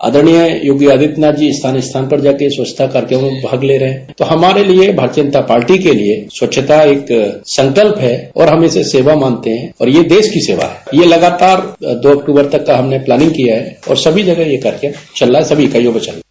आदर्णीय योगी आदित्यनाथ जी स्थान स्थान पर जा करके स्वछता कार्यकम में भाग ले रहे हैं तो हमारे लिये भारतीय जनता पार्टी के स्वच्छता एक संकल्प है और हम इसे सेवा मानते हैं और ये देश की सेवा है और ये लगातार दो अक्टूबर तक का हमने प्लानिंग किया है और सभी जगह यह कार्यकम चल रहा है और सभी इकाईयों में चल रहा है